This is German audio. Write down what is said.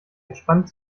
entspannt